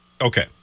Okay